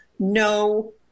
No